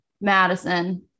Madison